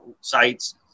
sites